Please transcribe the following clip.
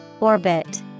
Orbit